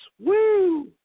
Woo